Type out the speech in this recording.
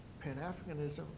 Pan-Africanism